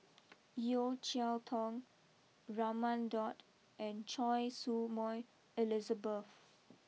Yeo Cheow Tong Raman Daud and Choy Su Moi Elizabeth